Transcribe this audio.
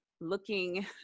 looking